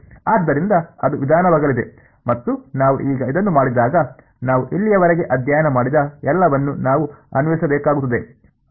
ಆದ್ದರಿಂದ ಅದು ವಿಧಾನವಾಗಲಿದೆ ಮತ್ತು ನಾವು ಈಗ ಇದನ್ನು ಮಾಡಿದಾಗ ನಾವು ಇಲ್ಲಿಯವರೆಗೆ ಅಧ್ಯಯನ ಮಾಡಿದ ಎಲ್ಲವನ್ನೂ ನಾವು ಅನ್ವಯಿಸಬೇಕಾಗುತ್ತದೆ